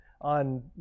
on